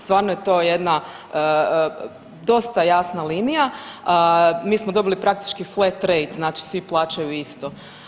Stvarno je to jedna dosta jasna linija, mi smo dobili praktički …/nerazumljivo/… znači svi plaćaju isto.